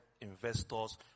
investors